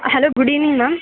hello good evening ma'am